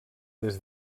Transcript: des